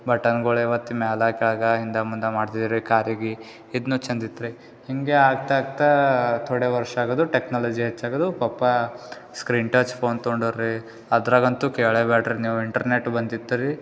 ಬಟನ್ಗಳೇ ಒತ್ತಿ ಮೇಲೆ ಕೆಳ್ಗೆ ಹಿಂದೆ ಮುಂದೆ ಮಾಡ್ತೀವ್ರಿ ಕಾರಿಗೆ ಇದೂ ಚೆಂದಿತ್ರಿ ಹಿಂಗೆ ಆಗ್ತಾಗ್ತ ಥೋಡೆ ವರ್ಷಾಗೋದು ಟೆಕ್ನಾಲಜಿ ಹೆಚ್ಚಾಗೋದು ಪಪ್ಪಾ ಸ್ಕ್ರೀನ್ ಟಚ್ ಫೋನ್ ತೊಂಡುರ್ರಿ ಅದರಾಗಂತೂ ಕೇಳೇ ಬೇಡ್ರಿ ನೀವು ಇಂಟರ್ನೆಟ್ ಬಂದಿತ್ತು ರೀ